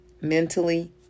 mentally